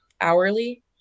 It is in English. hourly